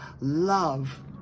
love